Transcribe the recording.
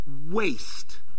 waste